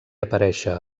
aparèixer